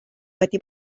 wedi